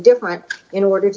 different in order to